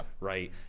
right